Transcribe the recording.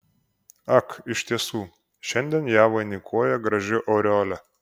ak iš tiesų šiandien ją vainikuoja graži aureolė